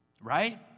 Right